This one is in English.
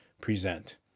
present